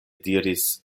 diris